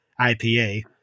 IPA